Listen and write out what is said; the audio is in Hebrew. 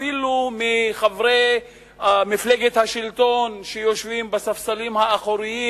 אפילו מחברי מפלגת השלטון שיושבים בספסלים האחוריים,